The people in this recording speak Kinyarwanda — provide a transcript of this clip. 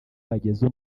bageza